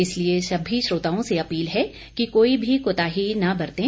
इसलिए सभी श्रोताओं से अपील है कि कोई भी कोताही न बरतें